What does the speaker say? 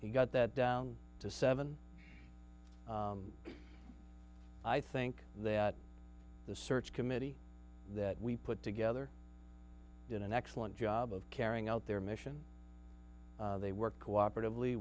he got that down to seven i think that the search committee that we put together did an excellent job of carrying out their mission they worked cooperative